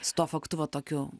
su tuo faktu va tokiu